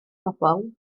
bobl